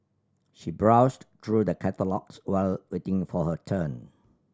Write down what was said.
she browsed through the catalogues while waiting for her turn